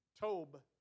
Tob